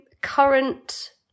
current